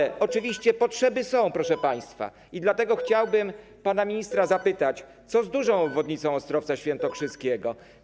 Natomiast oczywiście potrzeby są, proszę państwa, i dlatego chciałbym pana ministra zapytać, co z dużą obwodnicą Ostrowca Świętokrzyskiego.